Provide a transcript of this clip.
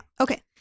okay